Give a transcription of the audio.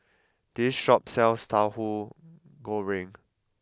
this shop sells Tahu Goreng